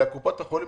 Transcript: וקופות החולים